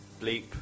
bleep